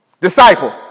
Disciple